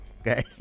okay